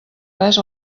res